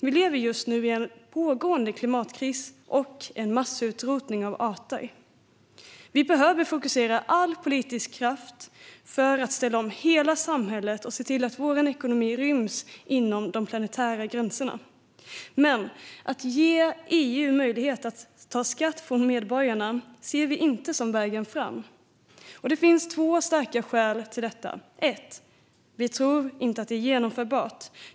Vi lever just nu i en pågående klimatkris och en massutrotning av arter. Vi behöver fokusera all politisk kraft på att ställa om hela samhället och se till att vår ekonomi ryms inom de planetära gränserna. Men att ge EU möjligheten att ta skatt från medborgarna ser vi inte som vägen fram. Granskning av meddelande om ett förändrat besluts-fattande för EU:s skattepolitik Det finns två starka skäl till detta. Ett: Vi tror inte att det är genomförbart.